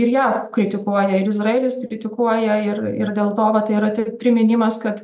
ir jav kritikuoja ir izraelis kritikuoja ir ir dėl to vat yra tie priminimas kad